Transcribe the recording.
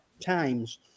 times